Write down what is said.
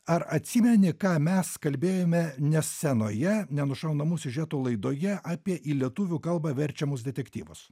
ar atsimeni ką mes kalbėjome ne scenoje nenušaunamų siužetų laidoje apie į lietuvių kalbą verčiamus detektyvus